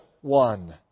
one